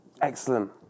Excellent